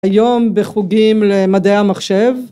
‫היום בחוגים למדעי המחשב.